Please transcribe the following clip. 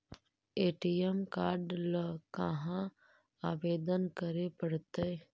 ATM card ल कहा आवेदन करे पड़तै?